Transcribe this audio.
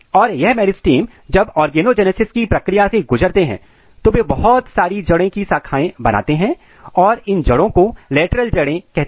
और यह मेरिस्टम जब ऑर्गेनोजेनेसिस की प्रक्रिया से गुजरते हैं तो वे बहुत सारे जड़े की शाखाएं बनाते हैं और इन जड़ों को लेटरल जड़े कहते हैं